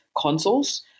consoles